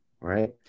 right